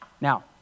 Now